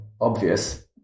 obvious